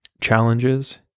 challenges